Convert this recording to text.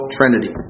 Trinity